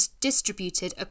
distributed